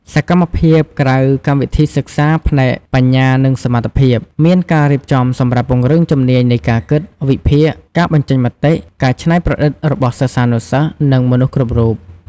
សកម្មភាពក្រៅកម្មវិធីសិក្សាផ្នែកបញ្ញានិងសមត្ថភាព មានការរៀបចំសម្រាប់ពង្រឹងជំនាញនៃការគិត វិភាគ ការបញ្ចេញមតិ ការច្នៃប្រឌិតរបស់សិស្សានុសិស្ស និងមនុស្សគ្រប់រូប។